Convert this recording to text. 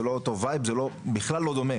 זה לא אותו וייב זה לא בכלל לא דומה,